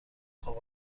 خواب